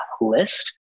list